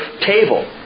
table